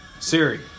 Siri